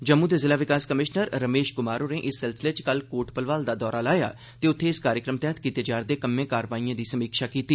जम्मू दे जिला विकास कमीश्नर रमेश कुमार होरें इस सिलसिले च कल कोट भलवाल दा दौरा लाया ते उत्थे इस कार्यक्रम तैह्त कीते जा'रदे कम्में कारवाईयें दी समीक्षा कीती